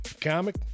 comic